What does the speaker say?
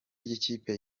ry’ikipe